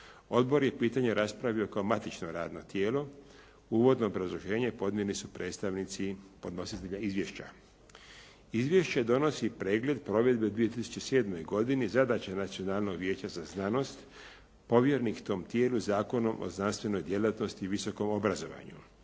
Odbor je pitanje raspravio kao matično radno tijelo. Uvodno obrazloženje podnijeli su predstavnici podnositelja izvješća. Izvješće donosi pregled provedbe u 2007. godini zadaća Nacionalnog vijeća za znanost povjereno tom tijelu Zakonom o znanstvenoj djelatnosti i visokom obrazovanju.